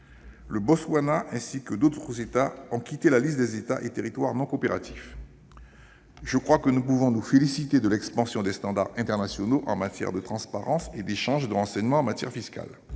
le Botswana ainsi que d'autres États ont été retirés de la liste des États et territoires non coopératifs. Je crois que nous pouvons nous féliciter de l'expansion des standards internationaux en matière de transparence et d'échanges de renseignements dans le domaine fiscal.